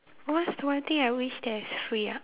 what's the one thing I wish that is free ah